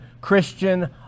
Christian